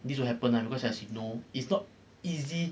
this will happen lah because as you know it's not easy